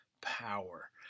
power